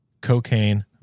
cocaine